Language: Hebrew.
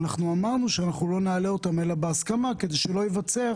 אנחנו אמרנו שאנחנו לא נעלה אותם אלא בהסכמה כדי שלא ייוצר